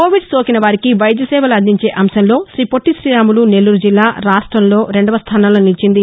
Covid సోకిన వారికి వైద్య సేవలు అందించే అంశంలో శ్రీపొట్టి శ్రీరాములు నెల్లూరుజిల్లా రాష్టంలో రెండవ స్దానంలో నిలిచింది